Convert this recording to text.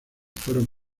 fueron